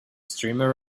streamer